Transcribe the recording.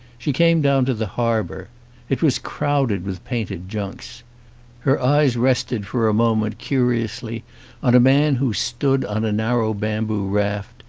she came down to the harbour it was crowded with painted junks her eyes rested for a moment curiously on a man who stood on a narrow bamboo raft,